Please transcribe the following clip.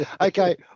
Okay